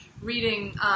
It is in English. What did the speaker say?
reading